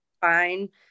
Fine